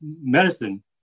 medicine